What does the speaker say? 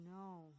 no